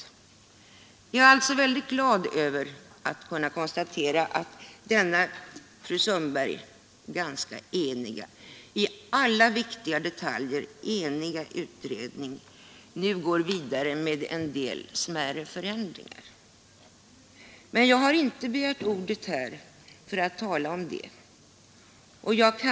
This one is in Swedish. Jag är alltså väldigt glad över att kunna konstatera att denna, fru Sundberg, i alla viktiga detaljer eniga utredning nu går vidare med en del smärre förändringar. Men jag har inte begärt ordet för att tala om detta.